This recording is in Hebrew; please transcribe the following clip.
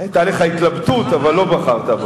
היתה לך התלבטות, אבל לא בחרת בנו.